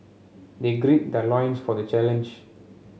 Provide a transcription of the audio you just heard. they gird their loins for the challenge